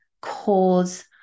cause